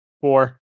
Four